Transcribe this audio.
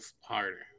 harder